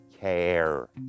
care